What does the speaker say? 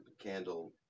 candle